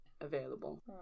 available